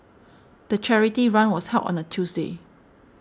the charity run was held on a Tuesday